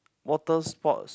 water sports